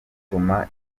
utuma